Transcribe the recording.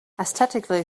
aesthetically